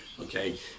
okay